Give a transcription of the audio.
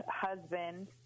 husband –